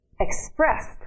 expressed